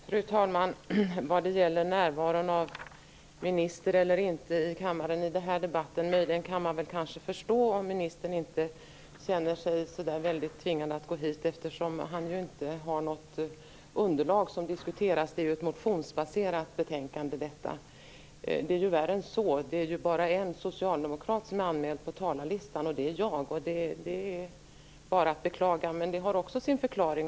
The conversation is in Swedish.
Fru talman! Vad gäller frågan om ministern är närvarande eller inte i kammaren i den här debatten, kan man möjligen förstå om han inte känner sig så där väldigt tvingad att gå hit. Han har ju inte något underlag som diskuteras. Det här är ju ett motionsbaserat betänkande. Det är värre än så: Det är bara en socialdemokrat som är anmäld på talarlistan, och det är jag. Det är bara att beklaga. Men det har också sin förklaring.